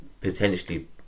potentially